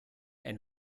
and